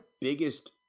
biggest